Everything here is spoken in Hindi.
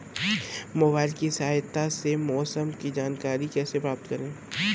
मोबाइल की सहायता से मौसम की जानकारी कैसे प्राप्त करें?